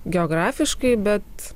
geografiškai bet